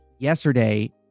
Yesterday